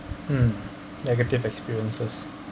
mm negative experiences